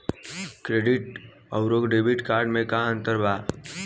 Credit अउरो debit card मे का अन्तर बा?